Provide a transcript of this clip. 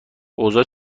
اوضاع